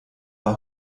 bei